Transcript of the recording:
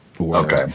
Okay